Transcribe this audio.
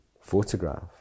photograph